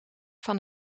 van